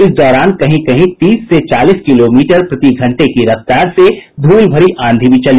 इन दौरान कहीं कहीं तीस से चालीस किलोमीटर प्रति घंटे की रफ्तार से धूल भरी आंधी भी चली